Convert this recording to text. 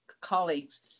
colleagues